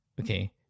Okay